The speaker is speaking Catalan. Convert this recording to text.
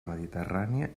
mediterrània